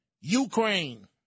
Ukraine